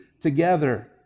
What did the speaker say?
together